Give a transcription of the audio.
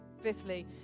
Fifthly